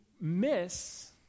miss